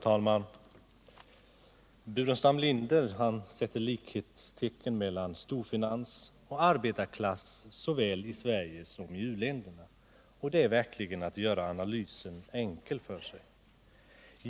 Herr talman! Herr Burenstam Linder sätter likhetstecken mellan storfinans och arbetarklass såväl i Sverige som i u-länderna. Det är verkligen att göra analysen enkel för sig!